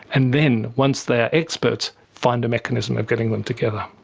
and then, once they are experts, find a mechanism of getting them together.